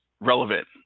relevant